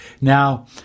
Now